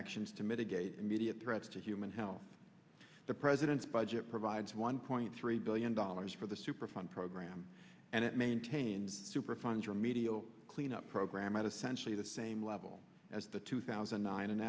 actions to mitigate immediate threats to human health the president's budget provides one point three billion dollars for the superfund program and it maintains super funds remedial cleanup program at essentially the same level as the two thousand and nine a